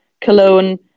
Cologne